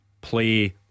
Play